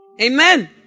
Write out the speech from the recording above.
Amen